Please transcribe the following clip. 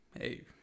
hey